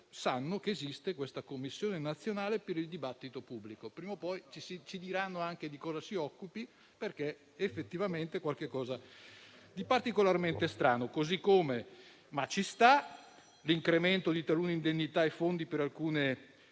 sanno che esiste una commissione nazionale per il dibattito pubblico; prima o poi ci diranno anche di cosa si occupa perché è effettivamente particolarmente strano. Nel testo troviamo anche - ma ci sta - l'incremento di talune indennità e fondi per alcune